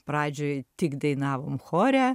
pradžioj tik dainavom chore